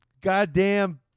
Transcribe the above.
goddamn